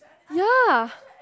ya